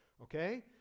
okay